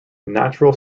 natural